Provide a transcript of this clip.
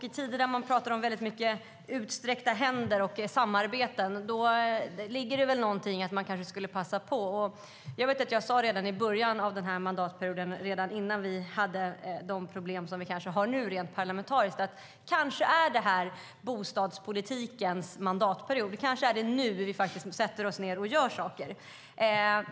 I tider när det talas mycket om utsträckta händer och samarbete ligger det väl någonting i att man kanske skulle passa på. Jag sa redan i början av mandatperioden, innan vi hade de problem som vi kanske nu har rent parlamentariskt, att det här kan vara bostadspolitikens mandatperiod. Det kanske är nu vi faktiskt sätter oss ned och gör saker.